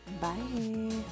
Bye